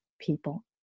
people